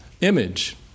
image